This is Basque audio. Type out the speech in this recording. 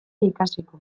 ikasiko